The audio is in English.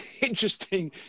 interesting